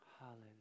Hallelujah